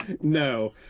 No